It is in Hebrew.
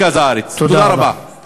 לרכבים מפוארים